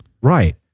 right